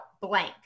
blank